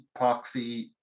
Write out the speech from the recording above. epoxy